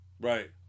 Right